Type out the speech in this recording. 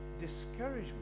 Discouragement